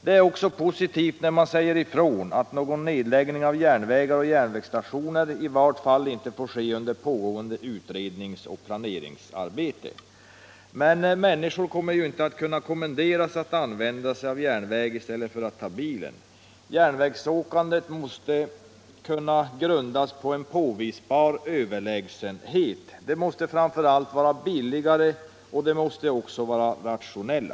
Det är också positivt när man säger ifrån att någon nedläggning av järnvägar och järnvägsstationer i vart fall inte får ske under pågående utrednings och planeringsarbete. Men minniskor kommer inte att kunna kommenderas att använda sig av järnväg i stället för att ta bilen. Järnvägsåkandet måste kunna grundas på en påvisbar överlägsenhet. Det måste framför allt vara billigare, och det måste också vara mera rationellt.